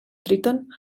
tríton